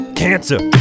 cancer